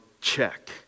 check